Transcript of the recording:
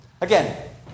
Again